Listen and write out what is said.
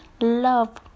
Love